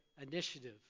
Initiative